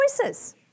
choices